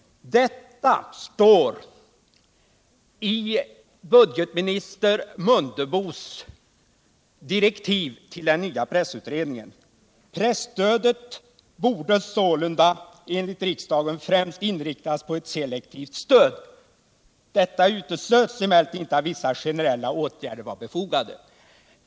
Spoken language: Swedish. Detta står i budgetminister Mundebos direktiv till den nya pressutredningen. Presstödet borde sålunda enligt riksdagen främst inriktas på ett selektivt stöd. Detta uteslöt emellertid inte att vissa generella åtgärder kunde anses befogade.